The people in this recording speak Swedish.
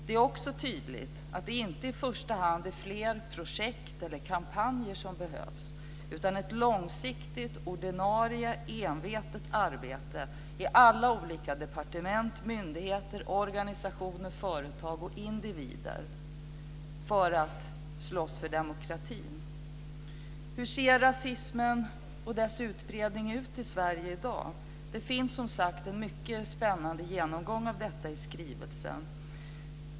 Det är också tydligt att det i första hand inte är fler projekt eller kampanjer som behövs utan ett långsiktigt ordinarie envetet arbete i alla olika departement, myndigheter, organisationer och företag samt hos individer för att slåss för demokratin. Hur ser rasismen och dess utbredning ut i Sverige i dag? Det finns som sagt en mycket spännande genomgång av detta i skrivelsen.